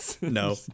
No